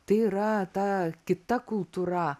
tai yra ta kita kultūra